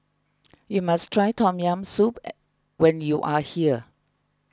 you must try Tom Yam Soup when you are here